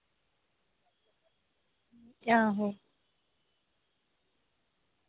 आहो